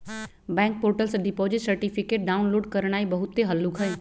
bank portal से deposit certificate download करनाइ बहुते हल्लुक हइ